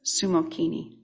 sumokini